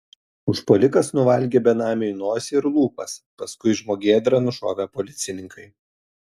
užpuolikas nuvalgė benamiui nosį ir lūpas paskui žmogėdrą nušovė policininkai